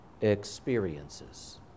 experiences